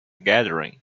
gathering